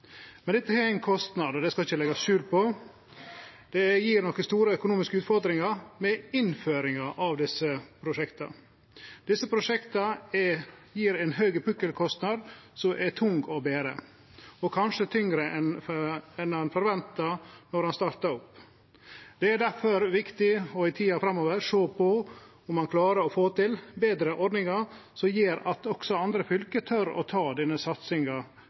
Men dette har ein kostnad, og det skal ein ikkje leggje skjul på. Det er nokre store økonomiske utfordringar ved innføringa av desse prosjekta. Prosjekta gjev ein høg pukkelkostnad som er tung å bere, og kanskje tyngre enn ein forventar når ein startar opp. I tida framover er det difor viktig å sjå på om ein klarer å få til betre ordningar som gjer at også andre fylke tør å ta denne satsinga